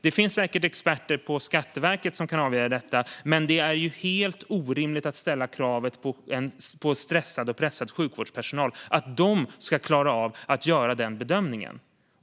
Det finns säkert experter på Skatteverket som kan avgöra detta, men det är helt orimligt att ställa kravet på stressad och pressad sjukvårdspersonal att de ska klara av att göra den bedömningen.